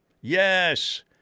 yes